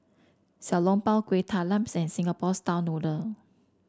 Xiao Long Bao Kueh Talams and Singapore style noodle